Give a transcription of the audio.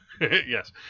Yes